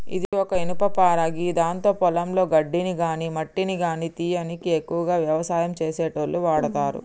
ఇది ఒక ఇనుపపార గిదాంతో పొలంలో గడ్డిని గాని మట్టిని గానీ తీయనీకి ఎక్కువగా వ్యవసాయం చేసేటోళ్లు వాడతరు